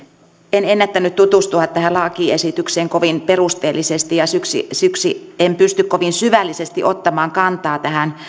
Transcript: en ennättänyt tutustua tähän lakiesitykseen kovin perusteellisesti ja siksi siksi en pysty kovin syvällisesti ottamaan kantaa tähän